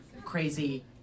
crazy